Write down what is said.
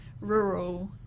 rural